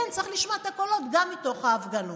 כן, צריך לשמוע את הקולות גם מתוך ההפגנות.